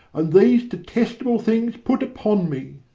and these detestable things put upon me.